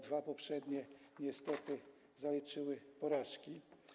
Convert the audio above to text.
Dwa poprzednie niestety zaliczyły porażki.